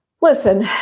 Listen